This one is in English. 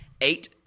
Eight